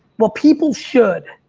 well, people should.